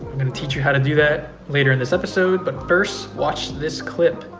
and teach you how to do that later in this episode, but first, watch this clip,